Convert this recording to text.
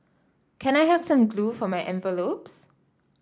can I have some glue for my envelopes